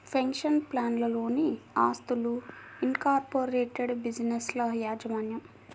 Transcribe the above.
pension ప్లాన్లలోని ఆస్తులు, incorporated బిజినెస్ల యాజమాన్యం